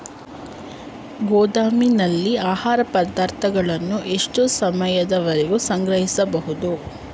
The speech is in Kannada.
ಗೋದಾಮಿನಲ್ಲಿ ಆಹಾರ ಪದಾರ್ಥಗಳನ್ನು ಎಷ್ಟು ಸಮಯದವರೆಗೆ ಸಂಗ್ರಹಿಸಬಹುದು?